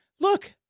Look